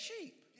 sheep